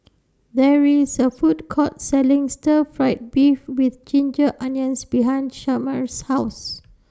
There IS A Food Court Selling Stir Fried Beef with Ginger Onions behind Shemar's House